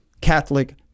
Catholic